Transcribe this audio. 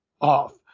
off